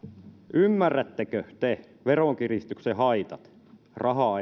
ymmärrättekö te veronkiristyksen haitat rahaa